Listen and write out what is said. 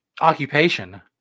occupation